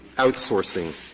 outsourcing